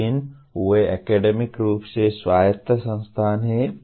लेकिन वे अकेडेमिक रूप से स्वायत्त संस्थान हैं